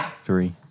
three